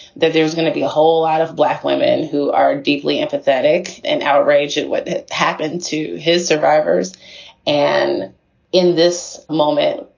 that there's gonna be a whole lot of black women who are deeply empathetic and outraged at what happened to his survivors and in this moment,